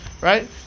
right